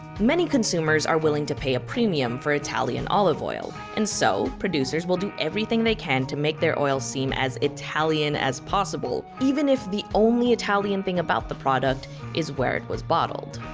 many consumers are willing to pay a premium for italian olive oil and so, producers will do everything they can to make their oils seem as italian as possible even if the only italian thing about the product is where it was bottled.